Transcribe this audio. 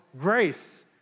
grace